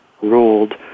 ruled